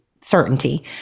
certainty